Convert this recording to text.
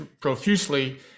profusely